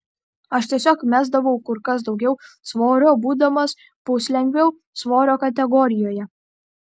aš tiesiog mesdavau kur kas daugiau svorio būdamas puslengvio svorio kategorijoje